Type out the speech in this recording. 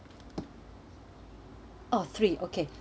oh three oh okay